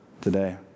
today